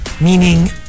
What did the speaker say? meaning